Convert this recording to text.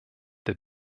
der